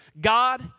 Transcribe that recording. God